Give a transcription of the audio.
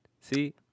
See